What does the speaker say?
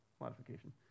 modification